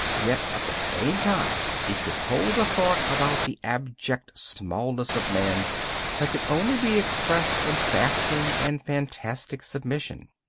yet at the same time it could hold a thought about the abject smallness of man that could only be expressed in fasting and fantastic submission,